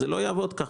זה לא יעבוד ככה.